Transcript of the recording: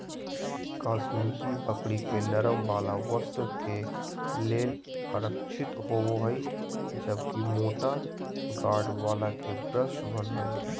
कश्मीरी बकरी के नरम वाल वस्त्र के लेल आरक्षित होव हई, जबकि मोटा गार्ड वाल के ब्रश बन हय